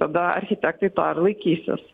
tada architektai to ir laikysis